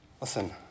Listen